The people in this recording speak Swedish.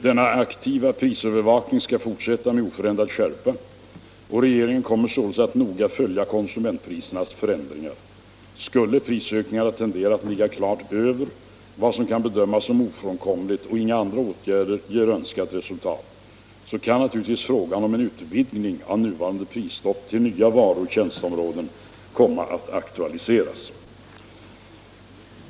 Denna aktiva prisövervakning skall fortsätta med oförändrad skärpa och regeringen kommer således att noga följa konsumentprisernas förändringar. Skulle prisökningarna tendera att ligga klart över vad som kan bedömas som ofrånkomligt och inga andra åtgärder ger önskat resultat, kan naturligtvis frågan om en utvidgning av nuvarande prisstopp till nya varuoch tjänsteområden komma att aktualiseras.